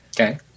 okay